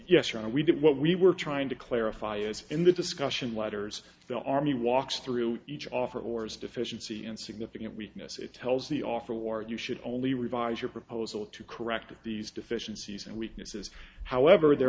yes or no we did what we were trying to clarify is in the discussion letters the army walks through each offer or is deficiency in significant weakness it tells the off for war you should only revise your proposal to correct these deficiencies and weaknesses however there